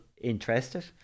interested